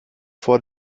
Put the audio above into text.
vor